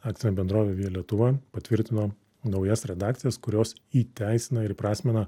akcinė bendrovė via lietuva patvirtino naujas redakcijas kurios įteisina ir įprasmina